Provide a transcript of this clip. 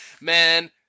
man